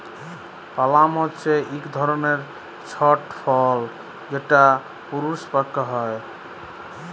পালাম হছে ইক ধরলের ছট ফল যেট পূরুনস পাক্যে হয়